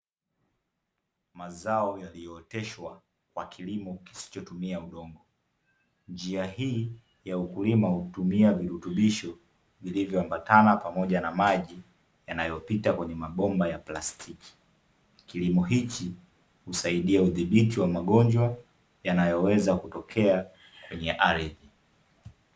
Mazao yaliyooteshwa kwa kilimo kisichotumia udongo. Njia hii ya ukulima hutumia virutubisho vilivyoambatana pamoja na maji yanayopita kwenye mabomba ya plastiki, kilimo hichi husaidia udhibiti wa magonjwa yanayoweza kutokea kwenye ardhi.